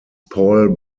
paul